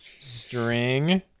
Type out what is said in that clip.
string